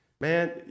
man